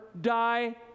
die